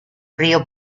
río